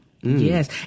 Yes